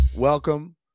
Welcome